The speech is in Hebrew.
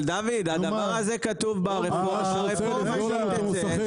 היושב-ראש, הדבר הזה כתוב ברפורמה שתצא.